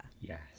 Yes